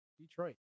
Detroit